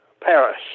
Paris